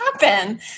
happen